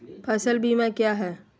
फ़सल बीमा क्या है?